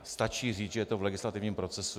Stačí říct, že je to v legislativním procesu.